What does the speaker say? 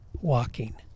walking